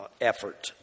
effort